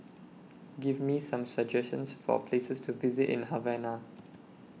Give Me Some suggestions For Places to visit in Havana